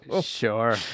Sure